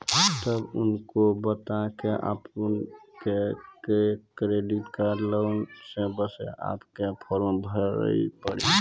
तब उनके बता के आपके के एक क्रेडिट लोन ले बसे आपके के फॉर्म भरी पड़ी?